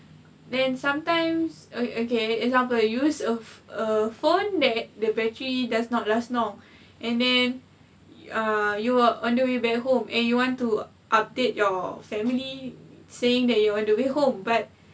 then sometimes ah okay example you use a a phone that the battery does not last long and then uh you are on the way back home and you want to update your family saying that you're on the way home but